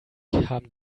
haben